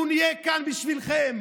אנחנו נהיה כאן בשבילכם,